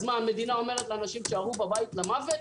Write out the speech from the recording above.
אז המדינה אומרת לאנשים: תישארו בבית למוות?